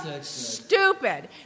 stupid